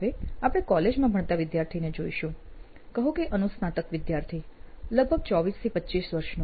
હવે આપણે કોલેજમાં ભણતા વિદ્યાર્થીને જોઈશું કહો કે અનુસ્નાતક વિદ્યાર્થી લગભગ 24 થી 25 વર્ષનો